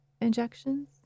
injections